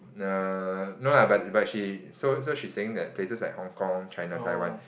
err no lah but but she so so she's saying that places like Hong-Kong China Taiwan